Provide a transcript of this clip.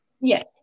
Yes